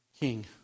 king